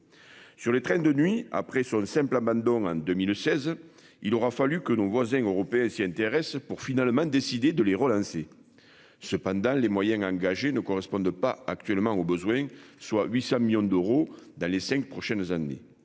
Sur les trains de nuit après sur le simple abandon en 2016. Il aura fallu que nos voisins européens s'y intéressent, pour finalement décidé de les relancer. Cependant les moyens engagés ne correspondent pas actuellement aux besoins, soit 800 millions d'euros dans les 5 prochaines années.